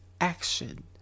action